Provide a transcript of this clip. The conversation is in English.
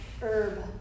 Herb